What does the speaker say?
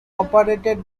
operated